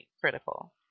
critical